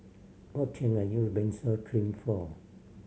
what can I use Benzac Cream for